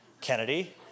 Kennedy